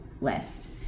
list